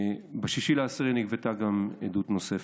ב-6 באוקטובר נגבתה גם עדות נוספת.